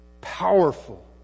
powerful